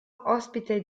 ospite